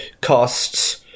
costs